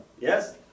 Yes